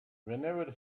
whenever